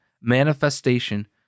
manifestation